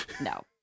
No